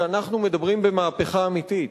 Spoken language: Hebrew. שאנחנו מדברים במהפכה אמיתית.